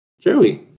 Joey